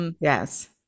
Yes